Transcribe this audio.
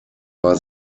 war